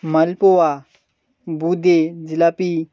মালপোয়া bonde jalebi